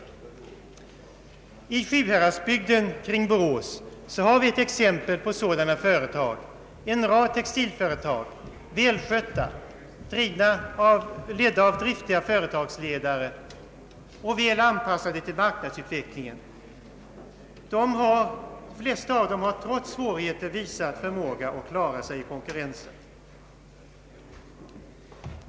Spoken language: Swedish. I Sjuhäradsbygden kring Borås finns exempel på sådana företag. En rad textilföretag, välskötta, ledda av driftiga företagsledare och väl anpassade till marknadsutvecklingen, har i de flesta fall trots svårigheter visat förmåga att klara sig i konkurrensen.